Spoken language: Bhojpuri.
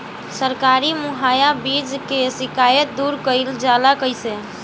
सरकारी मुहैया बीज के शिकायत दूर कईल जाला कईसे?